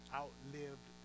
outlived